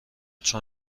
چون